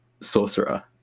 sorcerer